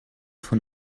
von